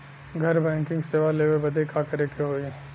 घर बैकिंग सेवा लेवे बदे का करे के होई?